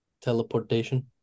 Teleportation